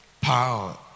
Power